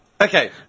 okay